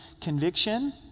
conviction